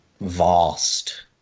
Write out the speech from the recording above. vast